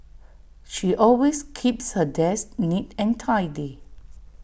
she always keeps her desk neat and tidy